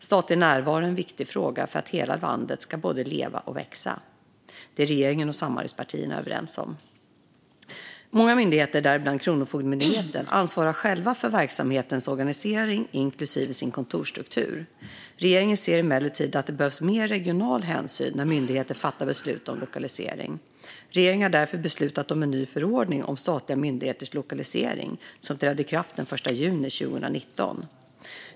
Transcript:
Statlig närvaro är en viktig fråga för att hela landet ska både leva och växa. Detta är regeringen och samarbetspartierna överens om. Många myndigheter, däribland Kronofogdemyndigheten, ansvarar själva för verksamhetens organisering, inklusive sin kontorsstruktur. Regeringen ser emellertid att det behövs mer regional hänsyn när myndigheter fattar beslut om lokalisering. Regeringen har därför beslutat om en ny förordning om statliga myndigheters lokalisering som trädde i kraft den 1 juni 2019.